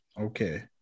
Okay